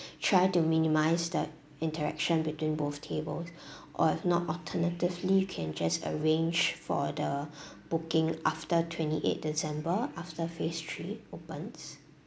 try to minimize the interaction between both tables or if not alternatively you can just arrange for the booking after twenty eight december after phase three opens